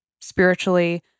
spiritually